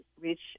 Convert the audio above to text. reach